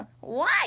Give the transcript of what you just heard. Why